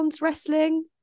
Wrestling